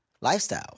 lifestyle